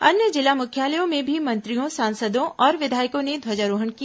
अन्य जिला मुख्यालयों में भी मंत्रियों सांसदों और विधायकों ने ध्वजारोहण किया